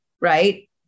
right